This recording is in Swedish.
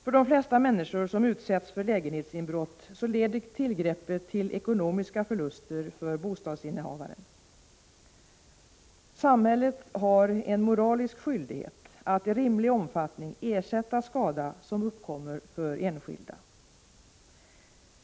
För de flesta människor som utsätts för lägenhetsinbrott leder tillgreppet till ekonomiska förluster för bostadsinnehavaren. Samhället har en moralisk skyldighet att i rimlig omfattning ersätta skada som uppkommer för enskilda.